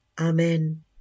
Amen